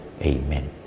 Amen